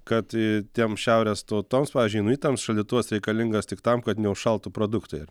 kad tiem šiaurės tautoms pavyzdžiui inuitams šaldytuvas reikalingas tik tam kad neužšaltų produktai